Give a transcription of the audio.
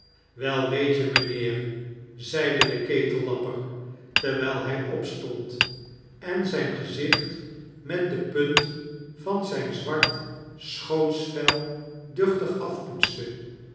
wel weet je mynheer zeide de ketellapper terwijl hij opstond en zyn gezicht met de punt van zijn zwart schootsvel duchtig afpoetste